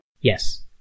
Yes